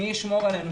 מי ישמור עלינו?